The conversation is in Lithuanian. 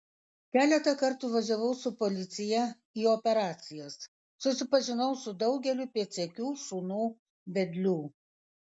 keletą kartų važiavau su policiją į operacijas susipažinau su daugeliu pėdsekių šunų vedlių